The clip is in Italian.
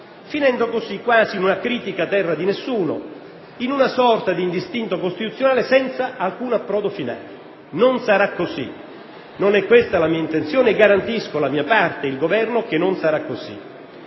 finendo così quasi in una critica terra di nessuno, in una sorta di indistinto costituzionale senza alcun approdo finale. Non sarà così, non è questa la mia intenzione e garantisco la mia parte politica e il Governo che non sarà così.